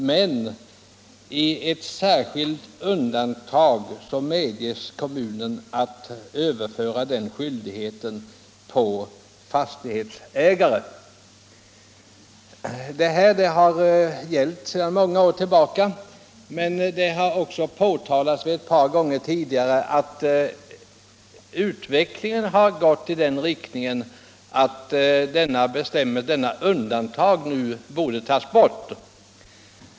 Men i ett särskilt undantagsfall medges kommunen rätt att överföra den skyldigheten på fastighetsägare. Det här har gällt sedan många år tillbaka, men det har också påtalats ett par gånger tidigare att utvecklingen har gått i den riktningen att denna undantagsbestämmelse borde tas bort.